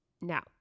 Now